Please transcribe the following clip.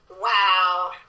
Wow